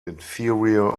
inferior